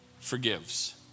forgives